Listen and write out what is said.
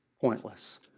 pointless